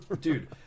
Dude